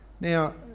Now